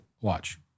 Watch